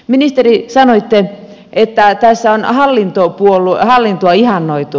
ministeri sanoitte että tässä on hallintoa ihannoitu